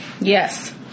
Yes